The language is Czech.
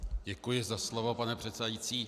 Děkuji za slovo, pane předsedající.